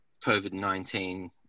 COVID-19